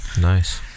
Nice